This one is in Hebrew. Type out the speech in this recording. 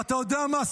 ואתה יודע מה?